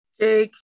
Jake